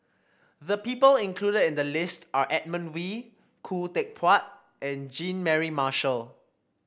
the people included in the list are Edmund Wee Khoo Teck Puat and Jean Mary Marshall